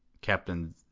Captain